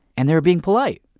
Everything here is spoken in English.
and they were being polite.